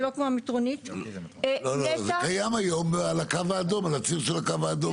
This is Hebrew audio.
זה קיים היום על הציר של הקו האדום בז'בוטינסקי.